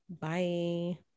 Bye